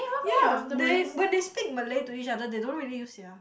ya they when they speak Malay to each other they don't really use sia